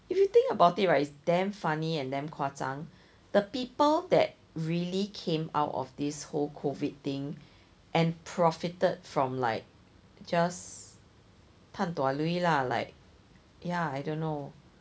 if you think about right it's damn funny and damn 夸张 the people that really came out of this whole COVID thing and profited from like just tan dua lui lah like ya I don't know